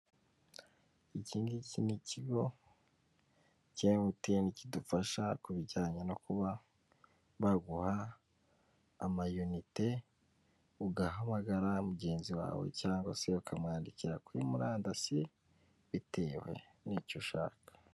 Iki ngiki ni ikigo cya emutiyene kidufasha kubijyanye no kuba baguha amayinite ugahamagara mugenzi wawe, cyangwa se ukamwandikira kuri murandasi bitewe n'icyo ushaka.